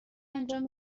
انجام